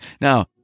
Now